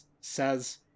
says